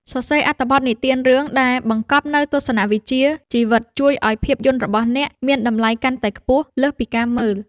សរសេរអត្ថបទនិទានរឿងដែលបង្កប់នូវទស្សនវិជ្ជាជីវិតជួយឱ្យភាពយន្តរបស់អ្នកមានតម្លៃកាន់តែខ្ពស់លើសពីការមើល។